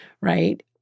right